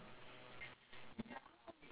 oh ya ya ya okay ya ya